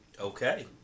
Okay